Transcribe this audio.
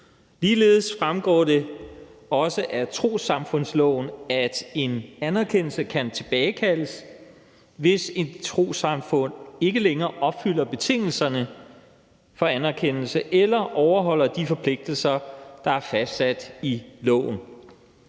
Ligeledes fremgår det af trossamfundsloven, at en anerkendelse kan tilbagekaldes, hvis et trossamfund ikke længere opfylder betingelserne for anerkendelse eller overholder de forpligtelser, der er fastsat i loven.